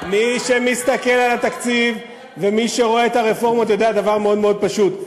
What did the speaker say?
מי שמסתכל על התקציב ומי שרואה את הרפורמות יודע דבר מאוד מאוד פשוט,